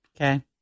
Okay